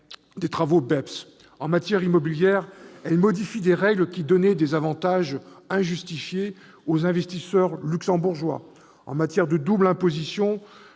des travaux BEPS. En matière immobilière, elle modifie des règles qui donnaient des avantages injustifiés aux investisseurs luxembourgeois. En matière de double imposition,